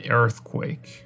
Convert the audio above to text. earthquake